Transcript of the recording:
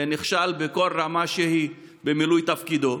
שנכשל בכל רמה שהיא במילוי תפקידו,